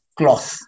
cloth